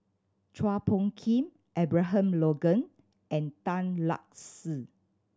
Chua Phung Kim Abraham Logan and Tan Lark Sye